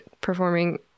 performing